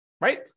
right